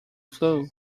flu